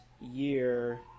year